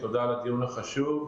תודה על הדיון החשוב.